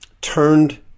turned